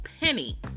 penny